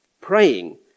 praying